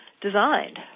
designed